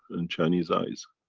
and chinese eyes.